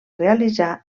realitzar